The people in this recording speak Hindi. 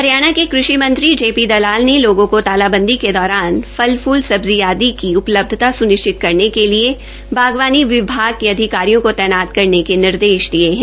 हरियाणा के कृषि मंत्री जेपी दलाल ने लोगों को तालाबंदी के दौरान फल फूल सब्जी ख्ंम इत्यादि की आपूर्ति सुनिश्चित करने के लिए बागवानी अधिकारियों को तैनात करने के निर्देश दिये हैं